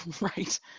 Right